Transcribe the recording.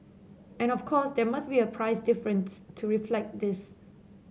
and of course there must be a price difference to reflect this